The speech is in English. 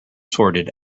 sorted